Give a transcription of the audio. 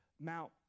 Mount